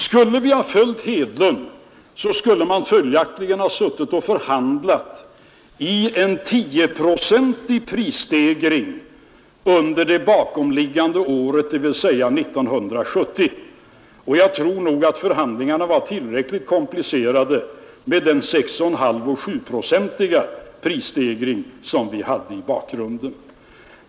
Hade vi följt Hedlund skulle man följaktligen ha suttit och förhandlat med en 10-procentig prisstegring under det bakomliggande året, dvs. 1970. Jag tror nog att förhandlingarna var tillräckligt komplicerade med den 6 1/2-å 7-procentiga prisstegring som vi nödgades ta.